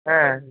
ஆ